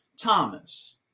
Thomas